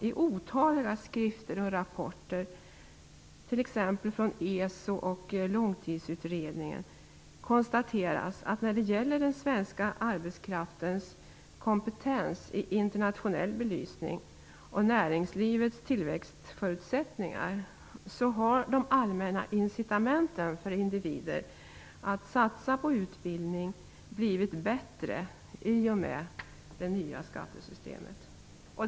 I otaliga skrifter och rapporter, t.ex. från ESO och Långtidsutredningen, konstateras att när det gäller den svenska arbetskraftens kompetens i internationell belysning och näringslivets tillväxtförutsättningar, har de allmänna incitamenten för individer att satsa på utbildning blivit bättre i och med det nya skattesystemet.